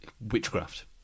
Witchcraft